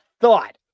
thought